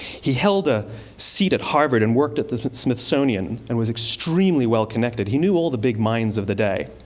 he held a seat at harvard and worked at the smithsonian and was extremely well-connected he knew all the big minds of the day.